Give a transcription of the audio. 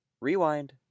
rewind